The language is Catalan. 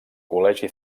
col·legi